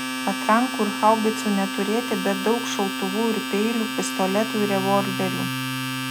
patrankų ir haubicų neturėti bet daug šautuvų ir peilių pistoletų ir revolverių